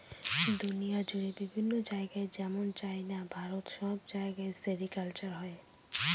দুনিয়া জুড়ে বিভিন্ন জায়গায় যেমন চাইনা, ভারত সব জায়গায় সেরিকালচার হয়